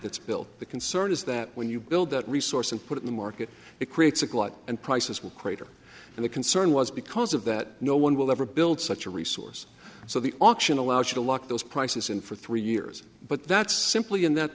that's built the concern is that when you build that resource and put in the market it creates a glut and prices will crater and the concern was because of that no one will ever build such a resource so the auction allows you to lock those prices in for three years but that's simply in that